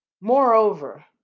Moreover